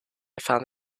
found